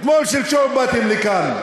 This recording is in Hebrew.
אתמול שלשום באתם לכאן,